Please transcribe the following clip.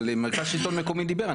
מרכז שלטון מקומי דיבר,